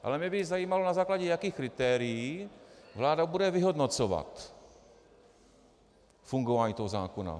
Ale mě by zajímalo, na základě jakých kritérií vláda bude vyhodnocovat fungování toho zákona.